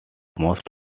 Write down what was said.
most